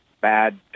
bad